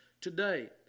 today